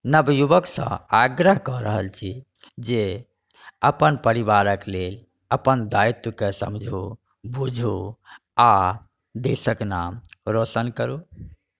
नवयुवकसँ आग्रह कऽ रहल छी जे अपन परिवारक लेल अपन दायित्वके समझू बुझू आ देशक नाम रौशन करु